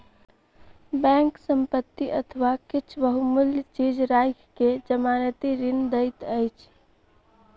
bank संपत्ति अथवा किछ बहुमूल्य चीज राइख के जमानती ऋण दैत अछि